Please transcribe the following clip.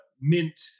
mint